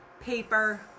paper